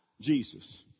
Jesus